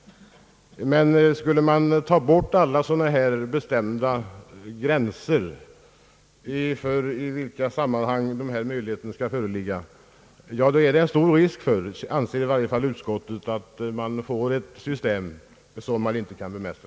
Men skulle man ta bort alla sådana här bestämda gränser för i vilka sammanhang dessa möjligheter skall föreligga, då är det stor risk — anser åtminstone utskottet — för att man får ett system som man inte kan bemästra.